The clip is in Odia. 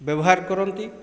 ବ୍ୟବହାର କରନ୍ତି